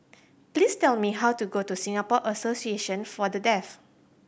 please tell me how to go to Singapore Association For The Deaf